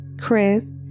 Chris